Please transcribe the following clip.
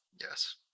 Yes